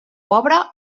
pobre